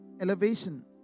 elevation